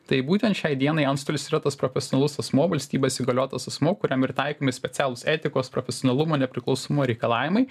tai būtent šiai dienai antstolis yra tas profesionalus asmuo valstybės įgaliotas asmuo kuriam ir taikomi specialūs etikos profesionalumo nepriklausomumo reikalavimai